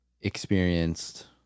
experienced